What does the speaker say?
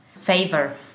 favor